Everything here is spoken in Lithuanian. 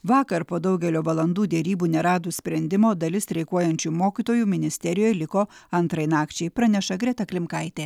vakar po daugelio valandų derybų neradus sprendimo dalis streikuojančių mokytojų ministerijoje liko antrai nakčiai praneša greta klimkaitė